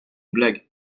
blague